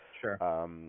sure